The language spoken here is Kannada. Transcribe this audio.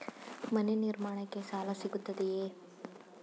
ಮನೆ ನಿರ್ಮಾಣಕ್ಕೆ ಸಾಲ ಸಿಗುತ್ತದೆಯೇ?